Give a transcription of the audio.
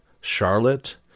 Charlotte